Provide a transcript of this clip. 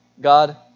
God